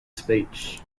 speech